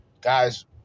Guys